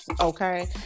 okay